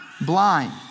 blind